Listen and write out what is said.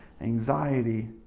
anxiety